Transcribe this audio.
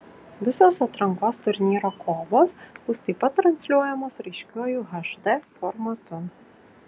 visos atrankos turnyro kovos bus taip pat transliuojamos raiškiuoju hd formatu